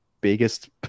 biggest